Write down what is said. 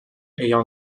ayant